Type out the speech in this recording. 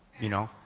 you know.